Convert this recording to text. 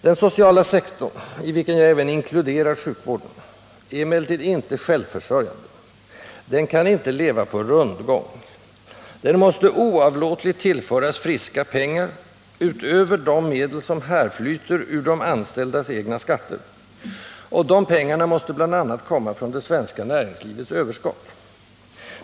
Den sociala sektorn — i vilken jag även inkluderar sjukvården — är emellertid inte självförsörjande. Den kan inte leva på ”rundgång”. Den måste oavlåtligen tillföras friska pengar — utöver de medel som härflyter ur de anställdas egna skatter och de pengarna måste bl.a. komma från det svenska näringslivets överskott.